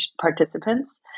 participants